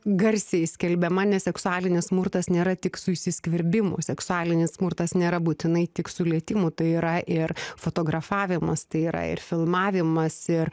garsiai skelbiama nes seksualinis smurtas nėra tik su įsiskverbimu seksualinis smurtas nėra būtinai tik su lietimu tai yra ir fotografavimas tai yra ir filmavimas ir